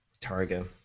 Targa